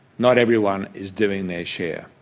not everyone is doing their share,